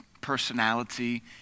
personality